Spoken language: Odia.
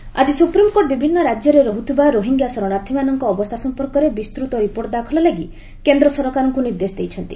ଏସ୍ସି ରୋହିଙ୍ଗ୍ୟା ଆକି ସୁପ୍ରିମ୍କୋର୍ଟ ବିଭିନ୍ନ ରାଜ୍ୟରେ ରହୁଥିବା ରୋହିଙ୍ଗ୍ୟା ସରଣାର୍ଥୀମାନଙ୍କ ଅବସ୍ଥା ସମ୍ପର୍କରେ ବିସ୍ତୃତ ରିପୋର୍ଟ ଦାଖଲ ଲାଗି କେନ୍ଦ୍ର ସରକାରଙ୍କୁ ନିର୍ଦ୍ଦେଶ ଦେଇଛନ୍ତି